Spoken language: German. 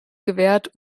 gewährt